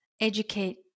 educate